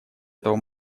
этого